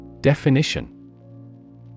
Definition